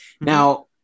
Now